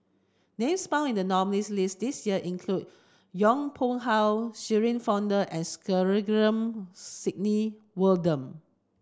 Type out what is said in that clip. names found in the nominees' list this year include Yong Pung How Shirin Fozdar and Sandrasegaran Sidney Wooden